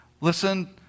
Listen